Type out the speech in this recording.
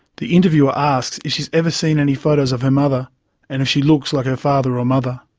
the interviewer asks if she has ever seen any photos of her mother and if she looks like her father or mother.